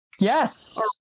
Yes